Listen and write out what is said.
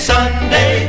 Sunday